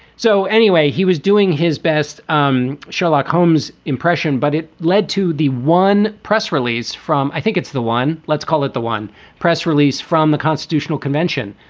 so anyway, he was doing his best um sherlock holmes impression, but it led to the one press release from i think it's the one let's call it the one press release from the constitutional convention.